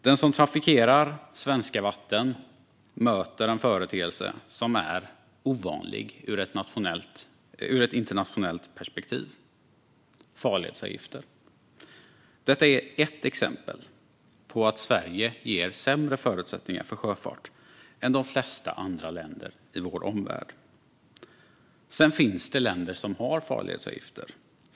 Den som trafikerar svenska vatten möter en företeelse som är ovanlig ur ett internationellt perspektiv, nämligen farledsavgifter. Detta är ett exempel på att Sverige ger sämre förutsättningar för sjöfart än de flesta andra länder i vår omvärld. Det finns andra länder som har farledsavgifter.